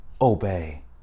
obey